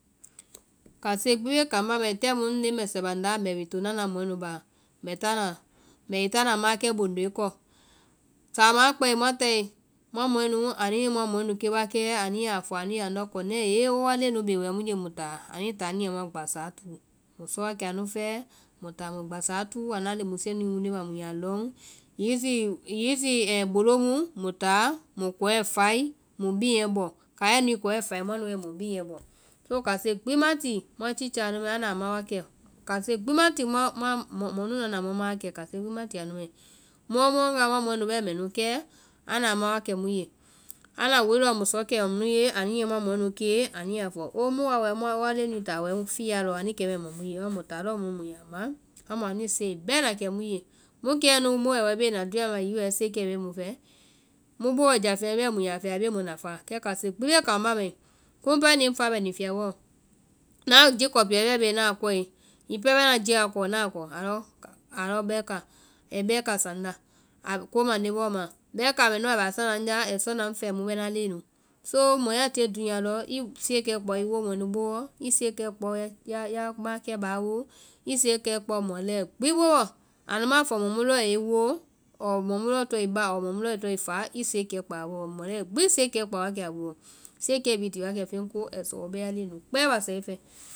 Kase gbi bee kambá mai, tai mu ŋ leŋmɛsɛ banda, mbɛ wi tona ŋna mɔɛ nu báa, mbɛ táa na- mbɛ wi táa na maãkɛ bundoe kɔ, samaã a kɛ́e muã tae, muã táe muã mɔɛ nu, anu muã mɔɛ nu kee wa kɛ anu ya fɔ anu ye andɔ kɔnɛɛ hee wo woa leŋɛ nu bee wɛ mu ye hee, mu táa anuĩ táa anuĩ mu yɛ muã gbasaa túu. Mu sɔ wa kɛ anu fɛɛ, mu táa muĩ gbasaa túu, anuã musuɛ nu anuĩ wunde maa mu yaa lɔŋ, hiŋi zi bolo mu muĩ táa muĩ kɔɛ fai, muĩ biŋɛ bɔ, kaiɛ nuĩ kɔɛ fai, muã nu wae muĩ biŋɛ bɔ. So kase gbi muã tichaa nu mai anda a ma wa kɛ, kase gbi ma ti muã mɔ mu nu anda mu maãkɛ, kase gbi ma ti anu mai. Mu waga muã mɔɛ nu mɛ nu, kɛ anda ma wa kɛ mu ye, anda woe lɔɔ muĩ sɔkɛ anu yee anu muã mɔɛ nu kee ani ya fɔ oo mu woa wɛɛ woa leŋɛ nui táa fiya lɔ ani kɛ mɛɛ ma mu ye. Amu muĩ táa lɔɔ nu mu ya ma, amu anuĩ siye bɛ kɛ mu ye. Mu kɛmɛ nu mu bɛ wɛɛ bee na dúunya mɛɛ ma hiŋi siye be mu fɛ, mu booɔ jáfeŋɛ bɛɛ mu ya fɛe a bee mu nafaa, kɛ kase gbi bee kambɛ mai, kiimu pɛɛ kɛima ŋ fa bɛ ni fiyabɔɛ lɔ, ŋna ji kɔpuɛ bɛɛ bie ŋna kɔe. hiŋi pɛɛ bɛɛ ŋna jiɛ kɔe ŋna a kɔ, a lɔ bɛika, ai bɛika sa ŋna, ko mande bɔɔ maã. Bɛika mɛnu a bɛ a sana ŋna ai sɔna ŋ fɛ mu bɛ ŋna leŋɛ nu, so mɔ ya tie dúunya lɔ i siekɛ kpao i woo mɔɛ nu booɔ, i siekɛ kpao ya maa̍kɛ báa boo, i siekɛ kpao mɔ lɛ gbi boo, anu ma a fɔ mɔ mu lɔɔ a i woo, ɔɔ mɔ mu tɔŋ i báa ɔɔ mɔ mu lɔɔ tɔŋ i fa i siekɛ kpao a wa boo, mɔ lɛ gbi i siekɛ kpao wa kɛ anu booɔ, siekɛ bhii ai ti wa kɛ feŋ ko ai sɔ wo bɛ ya leŋɛ nu kpɛɛ base fɛ.